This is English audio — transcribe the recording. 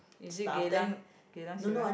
is it Geylang Geylang-Serai